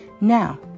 Now